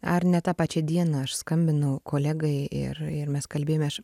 ar ne tą pačią dieną aš skambinu kolegai ir ir mes kalbėjome aš